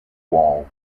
wall